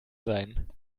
sein